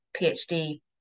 PhD